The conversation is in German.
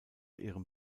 ihrem